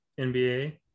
NBA